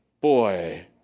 Boy